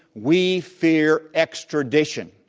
we fear extradition.